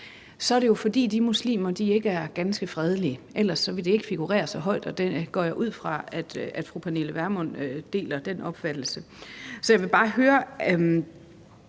i, er det, fordi de muslimer ikke er ganske fredelige, for ellers ville landet ikke figurere så højt oppe. Jeg går ud fra, at fru Pernille Vermund deler den opfattelse. Jeg vil bare høre,